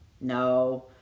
no